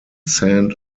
sand